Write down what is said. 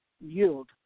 yield